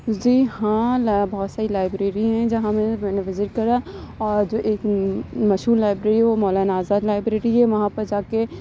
جی ہاں لاؤ بہت ساری لائبریری ہیں جہاں میں میں نے وزٹ کرا اور جو ایک مشہور لائبریری ہے وہ مولانا آزاد لائبریری ہے وہاں پہ جا کے